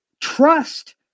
trust